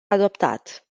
adoptat